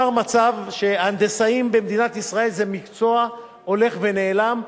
נוצר מצב שהנדסאים במדינת ישראל זה מקצוע הולך ונעלם,